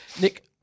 Nick